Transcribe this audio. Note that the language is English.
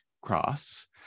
cross